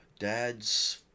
Dad's